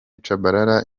tshabalala